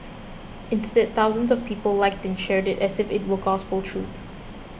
instead thousands of people liked and shared it as if it were gospel truth